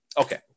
okay